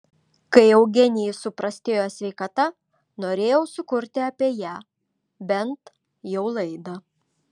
kai eugenijai suprastėjo sveikata norėjau sukurti apie ją bent jau laidą